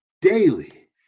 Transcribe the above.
daily